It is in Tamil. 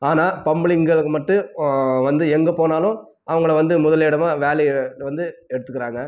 ஆனால் பொம்பளைங்களுக்கு மட்டும் வந்து எங்கே போனாலும் அவங்களை வந்து முதலிடமாக வேலையில் வந்து எடுத்துக்கிறாங்க